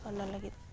ᱚᱱᱟ ᱞᱟᱹᱜᱤᱫ